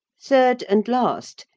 third and last,